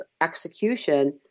execution